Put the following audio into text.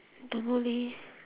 don't know leh